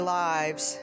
lives